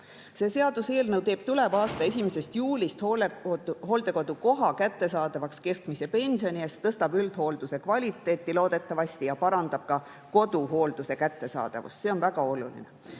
See seaduseelnõu teeb tuleva aasta 1. juulist hooldekodukoha kättesaadavaks keskmise pensioni eest, loodetavasti tõstab üldhoolduse kvaliteeti ja parandab ka koduhoolduse kättesaadavust. See on väga oluline.